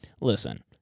Listen